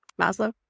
Maslow